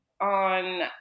on